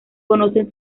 conocen